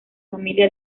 familia